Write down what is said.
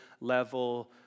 level